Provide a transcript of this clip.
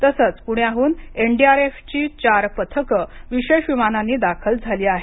तसंच पुण्याहून एनडीआरएफची चार पथकं विषेश विमानांनी दाखल झाली आहेत